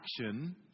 action